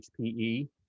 HPE